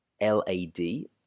L-A-D